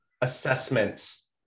Assessments